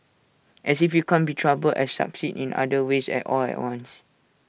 as if you can't be troubled and succeed in other ways at all at once